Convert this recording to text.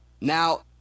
Now